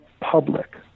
public